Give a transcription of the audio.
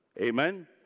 Amen